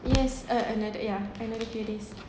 yes uh another yeah another few days